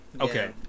Okay